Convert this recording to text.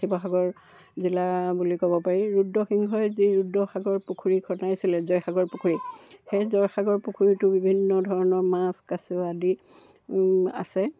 শিৱসাগৰ জিলা বুলি ক'ব পাৰি ৰুদ্ৰসিংহই যি ৰুদ্ৰসাগৰ পুখুৰী খন্দাইছিলে জয়সাগৰ পুখুৰী সেই জয়সাগৰ পুখুৰীটো বিভিন্ন ধৰণৰ মাছ কাছ আদি আছে